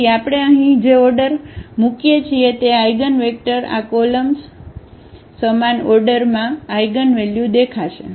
તેથી આપણે અહીં જે ઓર્ડર મુકીએ છીએ તે આ આઇગનવેક્ટરની આ કlલમ્સ સમાન ઓર્ડરમાં આ આઇગનવલ્યુ દેખાશે